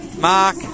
Mark